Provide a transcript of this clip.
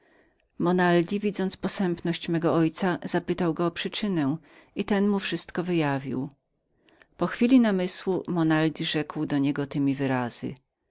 monaldi widząc posępność mego ojca zapytał go o przyczynę i ten mu wszystko wyjawił po chwili namysłu monaldi rzekł do niego temi wyrazy